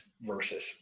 versus